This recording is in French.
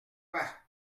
pas